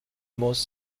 muss